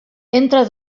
entra